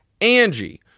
Angie